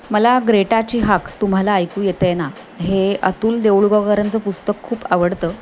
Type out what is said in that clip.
मला ग्रेटाची हाक तुम्हाला ऐकू येते आहे ना हे अतुल देऊळगावकरांचं पुस्तक खूप आवडतं